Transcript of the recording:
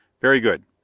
very good.